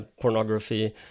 pornography